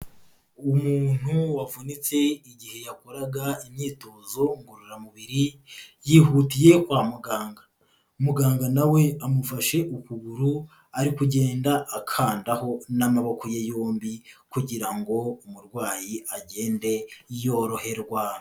Umuntu wavunitse igihe yakoraga imyitozo ngororamubiri, yihutiye kwa muganga. Muganga nawe amufashe ukuguru ari kugenda akandaho n'amaboko ye yombi kugira ngo umurwayi agende yoroherwa.